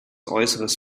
äußeres